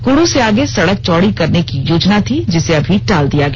कुडू से आगे सड़क चौड़ी करने की योजना थी जिसे अभी टाल दिया गया